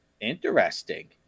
interesting